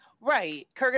Right